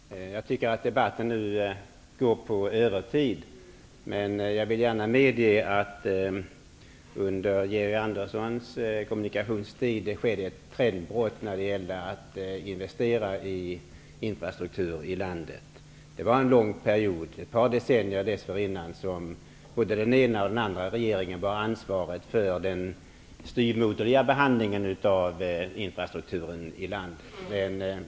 Herr talman! Jag tycker att debatten nu går på övertid. Jag vill emellertid gärna medge att under Georg Anderssons tid som kommunikationsminister så skedde det ett trendbrott när det gäller investeringar i infrastruktur i landet. Under en lång period, ett par decennier dessförinnan, bar både den ena och den andra regeringen ansvaret för den styvmoderliga behandlingen av infrastrukturen i landet.